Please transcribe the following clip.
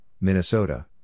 Minnesota